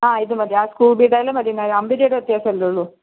ആ ഇത് മതി ആ സ്കൂബി ഡേയുടെ മതി അമ്പത് രൂപ വ്യത്യാസം അല്ലേ ഉള്ളൂ